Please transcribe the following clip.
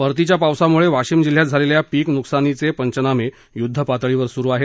परतीच्या पावसामुळ वाशिम जिल्ह्यात झालेल्या पीक नुकसानीचे पंचनामे युद्धपातळीवर सुरू आहेत